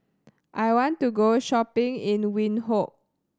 I want to go shopping in Windhoek